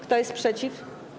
Kto jest przeciw?